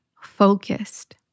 focused